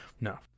No